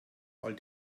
all